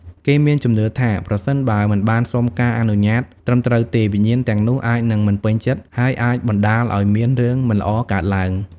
គេមានជំនឿថា ប្រសិនបើមិនបានសុំការអនុញ្ញាតត្រឹមត្រូវទេ វិញ្ញាណទាំងនោះអាចនឹងមិនពេញចិត្ត ហើយអាចបណ្តាលឲ្យមានរឿងមិនល្អកើតឡើង។